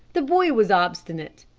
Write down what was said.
the boy was obstinate.